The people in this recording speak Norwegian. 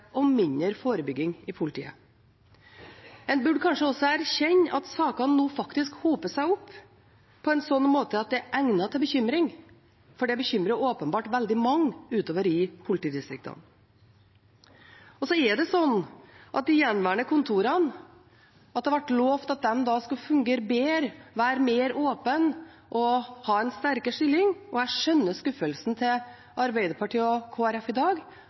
og mindre forebygging i politiet. En burde kanskje også erkjenne at sakene nå faktisk hoper seg opp på en slik måte at det er egnet til bekymring, for det bekymrer åpenbart veldig mange ute i politidistriktene. Det ble også lovd at de gjenværende kontorene skulle fungere bedre, være mer åpne og ha en sterkere stilling, og jeg skjønner skuffelsen hos Arbeiderpartiet og Kristelig Folkeparti i dag